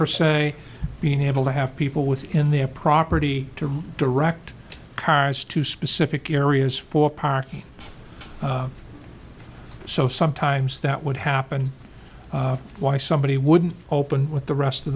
per se being able to have people within their property to direct cars to specific areas for parking so sometimes that would happen why somebody wouldn't open with the rest of